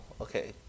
Okay